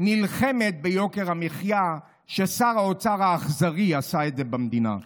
וגם נלחמת ביוקר המחיה ששר האוצר האכזרי עשה במדינה.